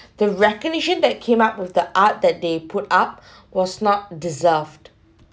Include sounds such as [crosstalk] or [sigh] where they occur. the recognition that came up with the art that they put up [breath] was not deserved